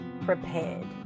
prepared